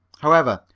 however,